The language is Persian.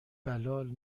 بلال